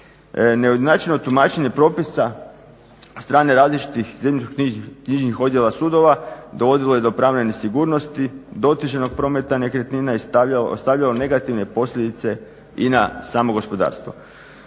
Neujednačeno tumačenje propisa od strane različitih zemljišnoknjižnih odjela sudova dovodilo je do pravne nesigurnosti, do otežanog prometa nekretnina i ostavljalo negativne posljedice i na samo gospodarstvo.